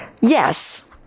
Yes